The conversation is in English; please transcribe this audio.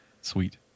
Sweet